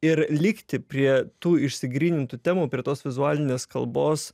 ir likti prie tų išsigrynintų temų prie tos vizualinės kalbos